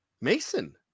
Mason